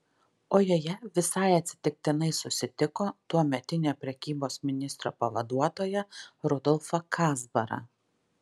o joje visai atsitiktinai susitiko tuometinio prekybos ministro pavaduotoją rudolfą kazbarą